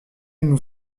nous